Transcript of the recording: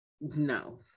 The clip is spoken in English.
no